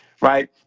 right